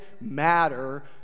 matter